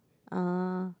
ah